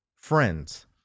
Friends